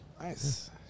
Nice